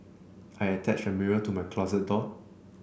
I attached a mirror to my closet door